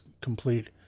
complete